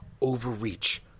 Overreach